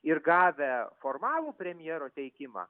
ir gavę formalų premjero teikimą